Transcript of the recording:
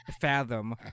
fathom